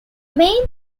main